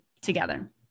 together